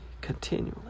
continually